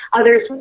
others